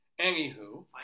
Anywho